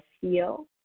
feel